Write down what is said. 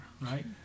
right